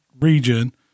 Region